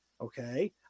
Okay